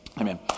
amen